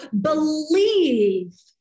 believe